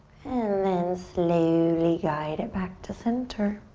and then slowly guide it back to center.